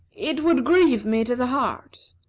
it would grieve me to the heart.